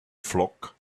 flock